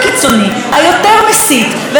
ולעזאזל לאיזו אלימות זה יביא,